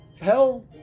Hell